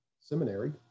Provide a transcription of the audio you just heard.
seminary